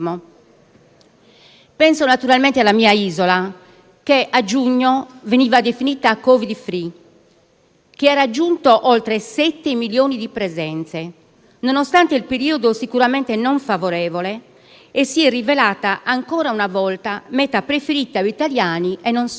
Penso naturalmente alla mia isola che a giugno veniva definita Covid *free*, che ha raggiunto oltre 7 milioni di presenze, nonostante il periodo sicuramente non favorevole, e si è rivelata, ancora una volta, meta preferita dagli italiani e non solo.